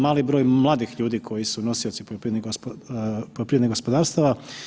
Mali broj mladih ljudi koji su nosioci poljoprivrednih gospodarstava.